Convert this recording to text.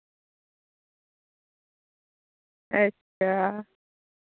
अच्छा